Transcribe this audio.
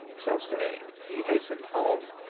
so saying he hastened home,